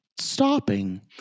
Stopping